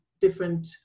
different